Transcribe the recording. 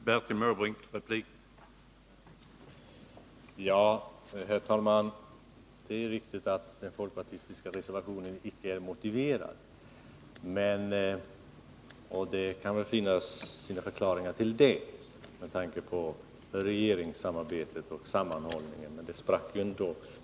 Herr talman! Det är riktigt att den folkpartistiska reservationen icke är motiverad. Det kan väl, med tanke på regeringssamarbetet och sammanhållningen inom denna, finnas sina förklaringar till detta. Men regeringen sprack ju ändå.